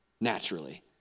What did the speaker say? naturally